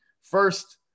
first